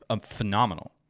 phenomenal